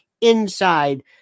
inside